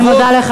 אני מודה לך,